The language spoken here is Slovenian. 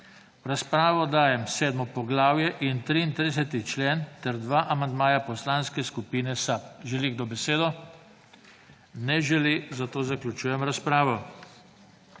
V razpravo dajem 7. poglavje in 33. člen ter 2 amandmaja Poslanske skupine SAB. Želi kdo besedo? Ne želi, zato zaključujem razpravo.